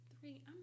three